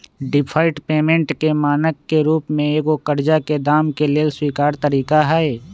deferred payment के मानक के रूप में एगो करजा के दाम के लेल स्वीकार तरिका हइ